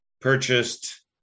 purchased